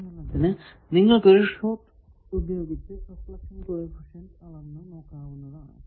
ഉദാഹരണത്തിന് നിങ്ങൾക്കു ഒരു ഷോർട് ഉപയോഗിച്ച് റിഫ്ലക്ഷൻ കോ എഫിഷ്യന്റ് അളന്നു നോക്കാവുന്നതാണ്